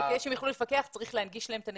כדי שהם יוכלו לפקח, צריך להנגיש להם את הנתונים.